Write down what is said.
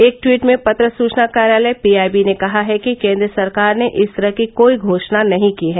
एक ट्वीट में पत्र सूचना कार्यालय पीआईबी ने कहा है कि केन्द्र सरकार ने इस तरह की कोई घोषणा नहीं की है